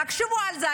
תחשבו על זה,